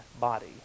body